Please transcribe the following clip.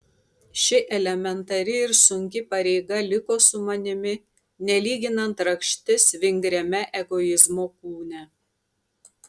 ši elementari ir sunki pareiga liko su manimi nelyginant rakštis vingriame egoizmo kūne